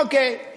אוקיי,